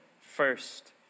first